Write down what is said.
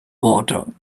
water